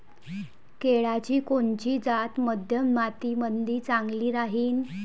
केळाची कोनची जात मध्यम मातीमंदी चांगली राहिन?